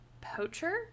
poacher